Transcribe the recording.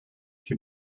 two